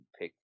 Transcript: pick